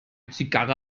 zigarre